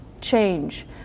change